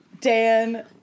Dan